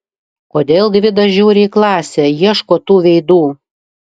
kodėl gvidas žiūri į klasę ieško tų veidų